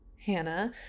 Hannah